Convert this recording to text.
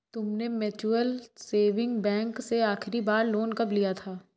तुमने mutual saving bank से आखरी बार लोन कब लिया था?